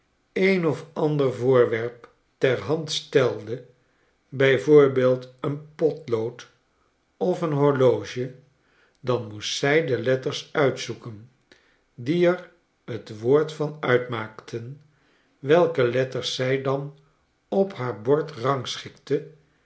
een of ander voorwerp ter hand stelde bij voorbeeld een potlood of een horloge dan moest zij de letters uitzoeken die er net woord van uitmaakten welke letters zij dan op haar bord rangschikte